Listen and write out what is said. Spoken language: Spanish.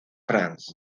france